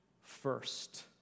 first